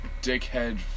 Dickhead